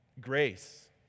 Grace